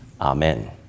Amen